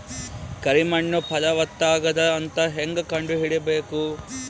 ಕರಿ ಮಣ್ಣು ಫಲವತ್ತಾಗದ ಅಂತ ಹೇಂಗ ಕಂಡುಹಿಡಿಬೇಕು?